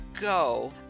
go